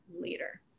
later